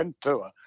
tour